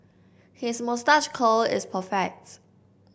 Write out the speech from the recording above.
his moustache curl is perfects